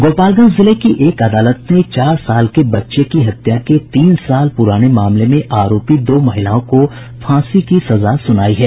गोपालगंज जिले की एक अदालत ने चार साल के बच्चे की हत्या के तीन साल पुराने मामले में आरोपी दो महिलाओं को फांसी की सजा सुनायी है